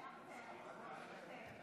הצעת חוק זכויות נפגעי עבירה (תיקון מס' 15),